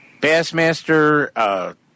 Bassmaster